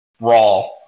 Raw